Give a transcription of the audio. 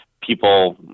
people